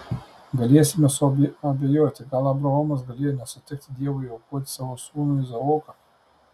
galėsime suabejoti gal abraomas galėjo nesutikti dievui aukoti savo sūnų izaoką